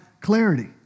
clarity